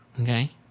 okay